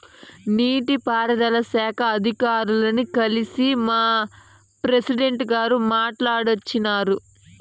నీటి పారుదల శాఖ అధికారుల్ని కల్సి మా ప్రెసిడెంటు గారు మాట్టాడోచ్చినారు